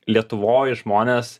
lietuvoj žmonės